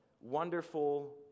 Wonderful